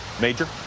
major